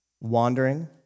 wandering